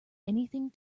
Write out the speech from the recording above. anything